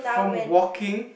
from walking